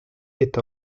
est